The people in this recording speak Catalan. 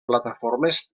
plataformes